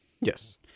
Yes